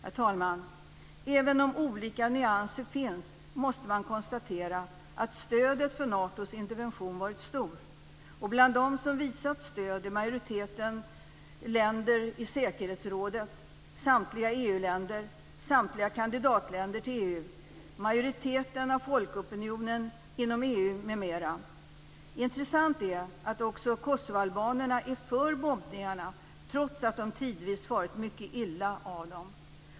Herr talman! Även om olika nyanser finns måste man konstatera att stödet för Natos intervention varit stort. Bland de som visat stöd är majoriteten länder i säkerhetsrådet, samtliga EU-länder, samtliga kandidatländer till EU, majoriteten av folkopinionen inom EU m.m. Intressant är att också kosovoalbanerna är för bombningarna trots att de tidvis farit mycket illa av dem.